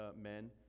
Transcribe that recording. men